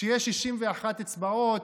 כשיש 61 אצבעות,